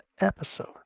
episode